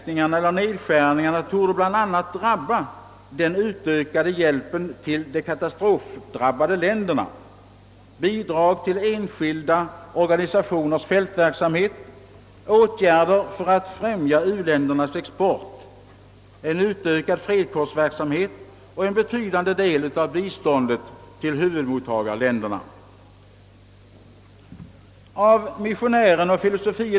Nedskärningarna torde bl.a. drabba den utökade hjälpen till de katastrofdrabbade länderna, bidrag till enskilda organisationers fältverksamhet, åtgärder för att främja uländernas export, en utökad fredskårsverksamhet och en betydande del av biståndet till huvudmottagarländerna. Av missionären fil.